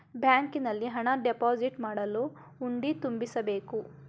ಬ್ಯಾಂಕಿನಲ್ಲಿ ಹಣ ಡೆಪೋಸಿಟ್ ಮಾಡಲು ಹುಂಡಿ ತುಂಬಿಸಬೇಕು